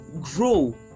grow